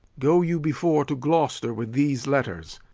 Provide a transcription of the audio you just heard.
go you before to gloucester with these letters.